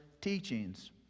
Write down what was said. teachings